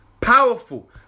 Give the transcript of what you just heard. powerful